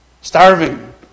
Starving